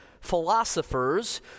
philosophers